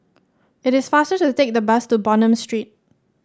it is faster to take the bus to Bonham Street